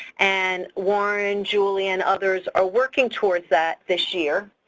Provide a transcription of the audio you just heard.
and warren, julie, and others are working towards that this year.